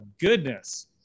goodness